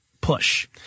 push